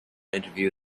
interview